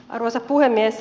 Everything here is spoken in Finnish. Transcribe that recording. arvoisa puhemies